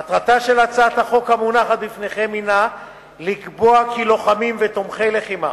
מטרתה של הצעת החוק המונחת בפניכם הינה לקבוע כי לוחמים ותומכי לחימה